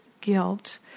guilt